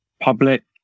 public